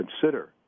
consider